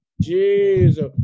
Jesus